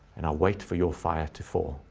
and i wait for your fire to fall.